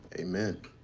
amen.